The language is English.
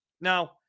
Now